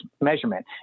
measurement